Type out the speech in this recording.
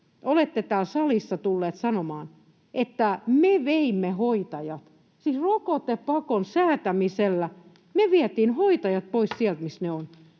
olette täällä salissa tullut sanomaan, että me veimme hoitajat, siis rokotepakon säätämisellä me vietiin hoitajat, pois sieltä, [Puhemies